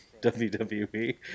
wwe